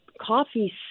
coffee